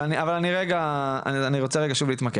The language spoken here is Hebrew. אבל, אני רוצה רגע שוב להתמקד.